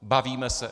Bavíme se?